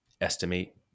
estimate